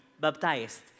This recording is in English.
baptized